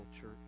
church